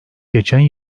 geçen